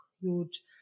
huge